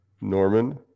Norman